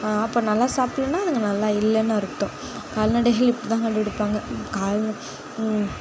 அப்போ நல்லா சாப்புல்லனா அதுங்க நல்லா இல்லைன்னு அர்த்தம் கால்நடைகள் இப்படி தான் கண்டுப்பிடிப்பாங்க கால்